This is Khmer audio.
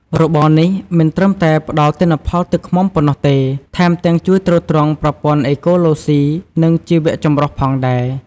របរនេះមិនត្រឹមតែផ្ដល់ទិន្នផលទឹកឃ្មុំប៉ុណ្ណោះទេ ថែមទាំងជួយទ្រទ្រង់ប្រព័ន្ធអេកូឡូស៊ី និងជីវចម្រុះផងដែរ។